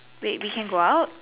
wait we can go out